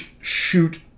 shoot